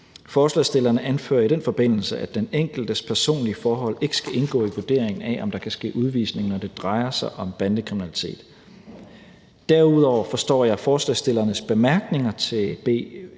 Forslagsstillerne anfører i den forbindelse, at den enkeltes personlige forhold ikke skal indgå i vurderingen af, om der kan ske udvisning, når det drejer sig om bandekriminalitet. Derudover forstår jeg forslagsstillernes bemærkninger til B